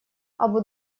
абу